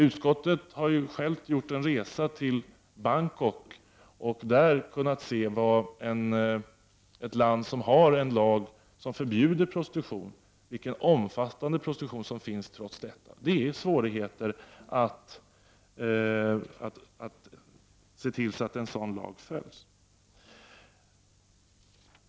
Utskottet har gjort en resa till Bangkok och kunnat studera vilken omfattande prostitution som finns där trots att landet har en lag som förbjuder prostitution. Det är svårt att se till att en sådan lag följs.